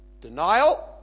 Denial